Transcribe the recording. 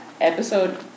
episode